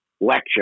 lecture